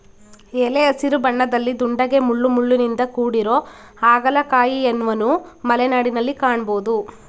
ಎಲೆ ಹಸಿರು ಬಣ್ಣದಲ್ಲಿ ದುಂಡಗೆ ಮುಳ್ಳುಮುಳ್ಳಿನಿಂದ ಕೂಡಿರೊ ಹಾಗಲಕಾಯಿಯನ್ವನು ಮಲೆನಾಡಲ್ಲಿ ಕಾಣ್ಬೋದು